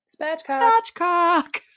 Spatchcock